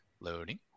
Loading